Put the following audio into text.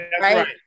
right